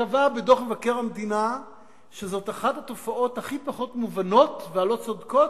וקבע בדוח מבקר המדינה שזו אחת התופעות הכי פחות מובנות והלא-צודקות,